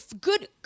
good